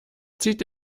zieht